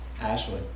Ashley